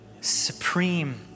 supreme